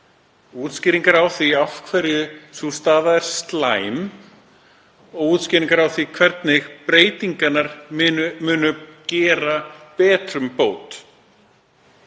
Útskýringar á því af hverju sú staða er slæm og útskýringar á því hvernig breytingarnar munu betrumbæta.